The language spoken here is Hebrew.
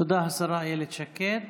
תודה, השרה אילת שקד.